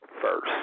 first